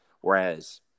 whereas